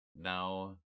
now